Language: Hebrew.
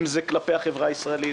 אם זה כלפי החברה הישראלית,